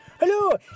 Hello